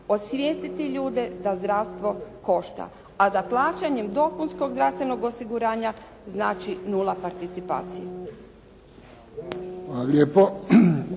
osvijestiti ljude da zdravstvo košta. A da plaćanjem dopunskog zdravstvenog osiguranja znači 0 participacije.